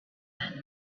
that